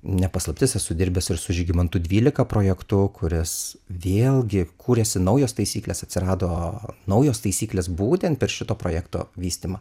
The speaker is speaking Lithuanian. ne paslaptis esu dirbęs ir su žygimantu dvylika projektu kuris vėlgi kūrėsi naujos taisyklės atsirado naujos taisyklės būtent per šito projekto vystymą